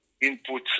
input